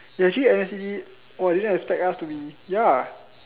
ya actually !wah! actually didn't expect us to be ya